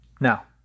Now